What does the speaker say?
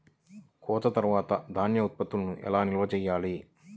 కోత తర్వాత ధాన్య ఉత్పత్తులను ఎలా నిల్వ చేయాలి?